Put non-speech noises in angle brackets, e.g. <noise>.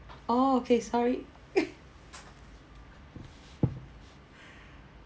orh okay sorry <laughs>